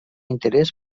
interès